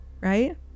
right